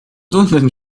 tunnen